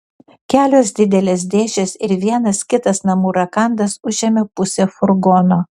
kelios didelės dėžės ir vienas kitas namų rakandas užėmė pusę furgono